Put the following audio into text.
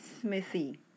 smithy